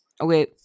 Okay